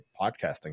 podcasting